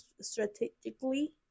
strategically